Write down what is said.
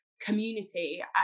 community